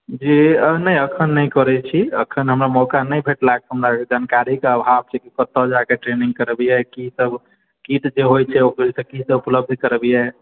जी नहि अखन नहि करै छी अखन हमरा मौका नहि भेटलाह हमरा जानकारीके अभाव छै कि कत्तौ जाकए ट्रेनिंग करबिये किसब किट जे होइछे ओकर भीतर किसब उपलब्ध करबिये